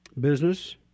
business